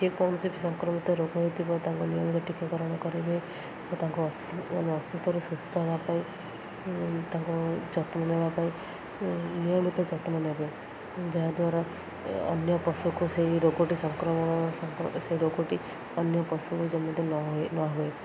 ଯେକୌଣସି ବି ସଂକ୍ରମିତ ରୋଗ ହେଇଥିବ ତାଙ୍କ ନିୟମିତ ଟୀକାକରଣ କରିବେ ଓ ତାଙ୍କ ମାନେ ଅସୁସ୍ଥର ସୁସ୍ଥ ହେବା ପାଇଁ ତାଙ୍କୁ ଯତ୍ନ ନେବା ପାଇଁ ନିୟମିତ ଯତ୍ନ ନେବେ ଯାହାଦ୍ୱାରା ଅନ୍ୟ ପଶୁକୁ ସେଇ ରୋଗଟି ସେ ରୋଗଟି ଅନ୍ୟ ପଶୁକୁ ଯେମିତି ନ ହୁଏ ନ ହୁଏ